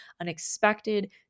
unexpected